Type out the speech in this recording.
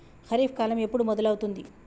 ఖరీఫ్ కాలం ఎప్పుడు మొదలవుతుంది?